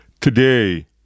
today